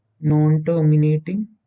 non-terminating